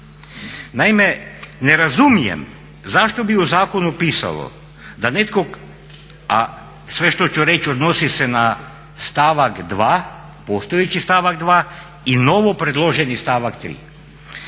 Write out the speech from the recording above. Naime, ne razumijem zašto bi u zakonu pisalo da netko, a sve što ću reći odnosi se na stavak 2., postojeći stavak 2. i novo predloženi stavak 3.